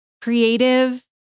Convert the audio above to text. creative